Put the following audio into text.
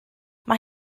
mae